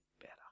better